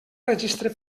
registre